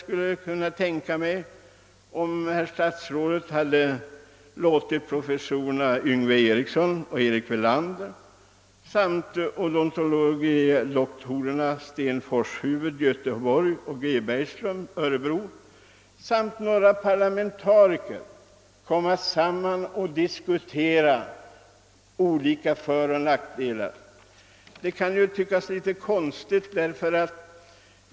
Statsrådet kunde ha låtit t.ex. professorerna Yngve Ericsson och Erik Welander samt odontologie doktorerna Sten Forshufvud i Göteborg och Gunnar Bergström i Örebro komma samman och diskutera föroch nackdelar.